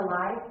alive